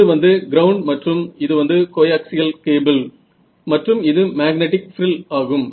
இது வந்து கிரவுண்ட் மற்றும் இது வந்து கோஆக்சியல் கேபிள் மற்றும் இது மேக்னெட்டிக் ஃப்ரில் ஆகும்